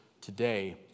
today